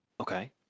Okay